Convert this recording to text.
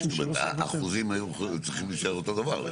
האחוזים היו צריכים להישאר אותו דבר.